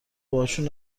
باهاشون